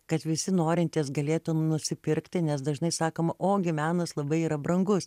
kad visi norintys galėtų nusipirkti nes dažnai sakoma o gi menas labai yra brangus